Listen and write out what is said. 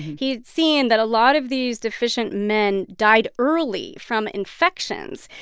he had seen that a lot of these deficient men died early from infections.